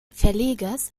verlegers